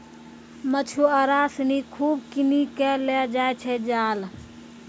मछुआरा सिनि खूब किनी कॅ लै जाय छै जाल